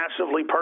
massively